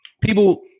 people